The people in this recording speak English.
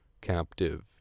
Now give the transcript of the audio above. captive